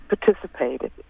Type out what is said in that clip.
participated